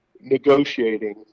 negotiating